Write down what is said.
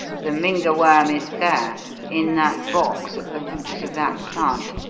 the mynga worm is there in that box, at the roots of that plant.